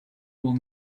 will